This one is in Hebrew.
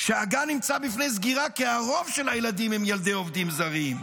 שהגן נמצא בפני סגירה כי הרוב של הילדים הם ילדי עובדים זרים.